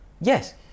Yes